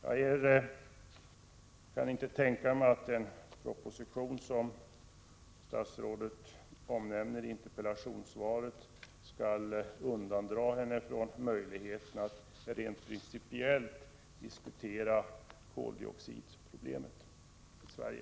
Jag kan inte tänka mig att den proposition som statsrådet nämner i interpellationssvaret skall undandra henne möjligheten att rent principiellt diskutera koldioxidproblemet i Sverige.